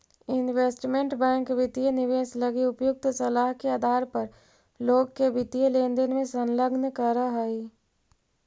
investment bank वित्तीय निवेश लगी उपयुक्त सलाह के आधार पर लोग के वित्तीय लेनदेन में संलग्न करऽ हइ